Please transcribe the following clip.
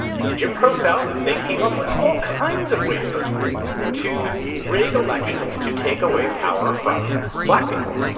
in the jim crow south, they came up with all kinds of ways to rig elections to take away power from black people.